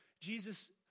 Jesus